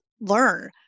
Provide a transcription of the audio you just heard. learn